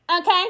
Okay